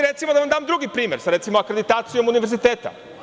Recimo da vam dam drugi primer, sa akreditacijom univerziteta.